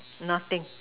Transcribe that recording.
nothing